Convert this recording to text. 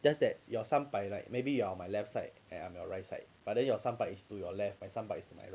just that your 三百 like maybe you are my left side and I'm your right side but then your 三百 is to your left my 三百 is to my right